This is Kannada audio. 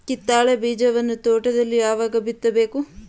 ಕಿತ್ತಳೆ ಬೀಜವನ್ನು ತೋಟದಲ್ಲಿ ಯಾವಾಗ ಬಿತ್ತಬೇಕು?